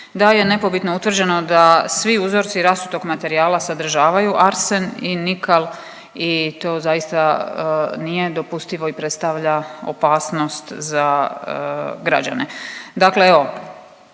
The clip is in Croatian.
da je nepobitno utvrđeno da svi uzroci rasutog materijala sadržaju arsen i nikal i to zaista nije dopustivo i predstavlja opasnost za građane. Dakle evo,